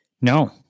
No